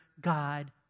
God